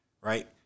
right